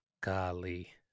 golly